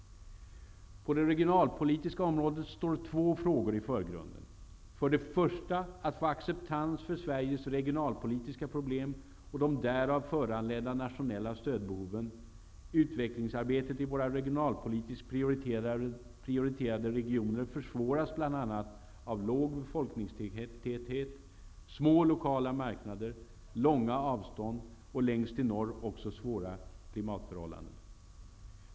På det regionalpolitiska området står två frågor i förgrunden. För det första att få acceptans för Sveriges regionalpolitiska problem och de därav föranledda nationella stödbehoven — utvecklingsarbetet i våra regionalpolitiskt prioriterade regioner försvåras bl.a. av låg befolkningstäthet, små lokala marknader, långa avstånd och längst i norr också svåra klimatförhållanden.